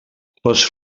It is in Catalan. les